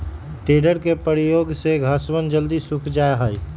tedder के प्रयोग से घसवन जल्दी सूख भी जाहई